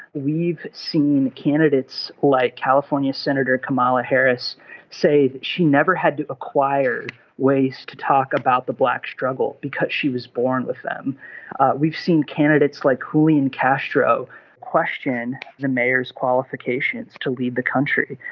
we've seen candidates like california senator kamala harris say she never had to acquire wasted talk about the black struggle because she was born with them we've seen candidates like haley and castro question the mayor's qualifications to lead the country.